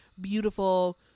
beautiful